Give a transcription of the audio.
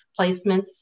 placements